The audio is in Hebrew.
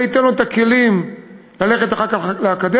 זה ייתן לו את הכלים ללכת אחר כך לאקדמיה,